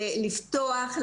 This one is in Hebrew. לפתוח,